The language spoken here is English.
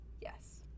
Yes